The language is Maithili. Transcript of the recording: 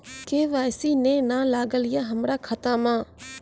के.वाई.सी ने न लागल या हमरा खाता मैं?